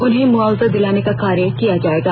उन्हें मुआवजा दिलाने का कार्य किया जाएगा